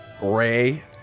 ray